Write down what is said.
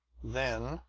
then,